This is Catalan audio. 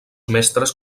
mestres